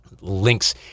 links